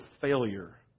failure